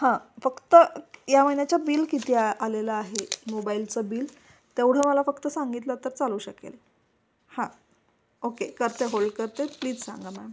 हां फक्त या महिन्याच्या बिल किती आलेलं आहे मोबाईलचं बिल तेवढं मला फक्त सांगितलं तर चालू शकेल हां ओके करते होल्ड करते प्लीज सांगा मॅम